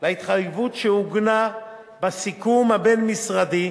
להתחייבות שעוגנה בסיכום הבין-משרדי,